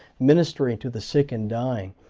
ministering to the sick and dying.